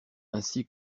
ainsi